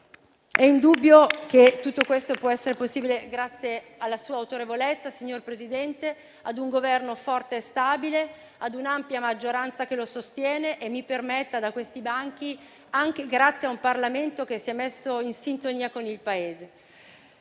È indubbio che tutto questo è possibile grazie alla sua autorevolezza, signor Presidente, ad un Governo forte e stabile, ad un'ampia maggioranza che lo sostiene e, mi permetta di dirlo da questi banchi, anche grazie a un Parlamento che si è messo in sintonia con il Paese.